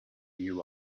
you